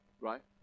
right